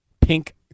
pink